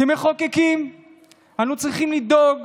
כמחוקקים אנו צריכים לדאוג